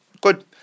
good